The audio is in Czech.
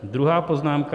Druhá poznámka.